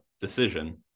decision